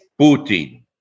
Putin